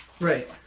right